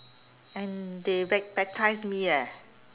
and they bap~ baptise me leh